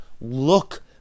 Look